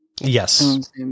Yes